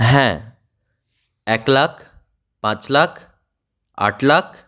হ্যাঁ এক লাখ পাঁচ লাখ আট লাখ